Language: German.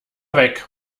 weg